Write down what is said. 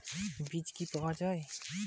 Hybrid বেগুনের বীজ কি পাওয়া য়ায়?